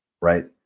Right